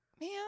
man